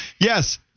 yes